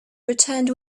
returned